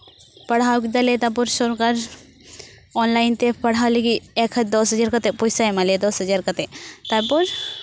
ᱯᱟᱲᱦᱟᱣ ᱠᱮᱫᱟᱞᱮ ᱛᱟᱨᱯᱚᱨ ᱥᱚᱨᱠᱟᱨ ᱚᱱᱞᱟᱭᱤᱱ ᱛᱮ ᱯᱟᱲᱦᱟᱣ ᱞᱟᱹᱜᱤᱫ ᱮᱠ ᱦᱟ ᱫᱚᱥ ᱦᱟᱡᱟᱨ ᱠᱟᱛᱮᱫ ᱯᱚᱭᱥᱟᱭ ᱮᱢᱟᱜ ᱞᱮᱭᱟ ᱫᱚᱥ ᱦᱟᱡᱟᱨ ᱠᱟᱛᱮᱫ ᱛᱟᱨᱯᱚᱨ